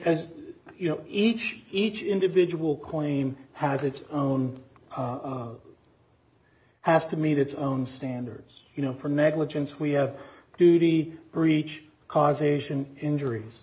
as you know each each individual claim has it's own has to meet its own standards you know for negligence we have a duty breach causation injuries